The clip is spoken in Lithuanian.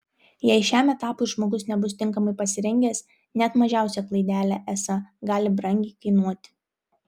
jei šiam etapui žmogus nebus tinkamai pasirengęs net mažiausia klaidelė esą gali brangiai kainuoti